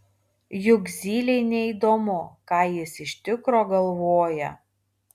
juk zylei neįdomu ką jis iš tikro galvoja